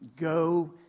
Go